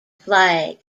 flag